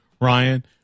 ryan